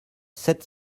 sept